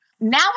Now